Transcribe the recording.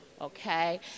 okay